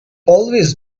always